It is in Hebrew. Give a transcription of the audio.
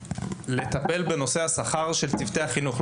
לטפל בנושא השכר של צוותי החינוך.